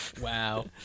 Wow